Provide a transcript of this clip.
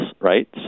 right